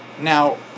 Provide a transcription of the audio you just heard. Now